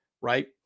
right